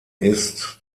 ist